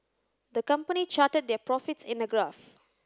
the company charted their profits in a graph